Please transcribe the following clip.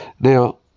Now